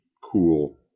cool